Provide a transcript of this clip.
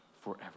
forever